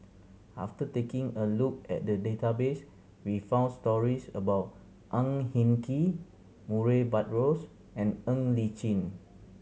after taking a look at the database we found stories about Ang Hin Kee Murray Buttrose and Ng Li Chin